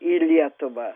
į lietuvą